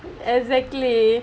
exactly